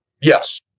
Yes